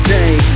day